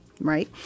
right